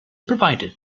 provided